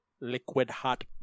liquid-hot